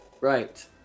right